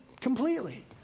completely